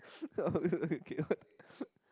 okay what